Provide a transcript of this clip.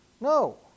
No